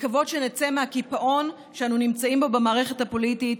לקוות שנצא מהקיפאון שאנו נמצאים בו במערכת הפוליטית,